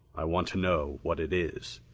i want to know what it is.